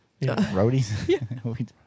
Roadies